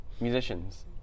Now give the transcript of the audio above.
Musicians